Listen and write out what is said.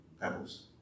pebbles